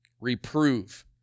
Reprove